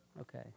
Okay